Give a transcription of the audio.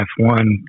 F1